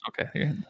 Okay